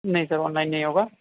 نہیں sir online نہیں ہوگا